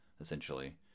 essentially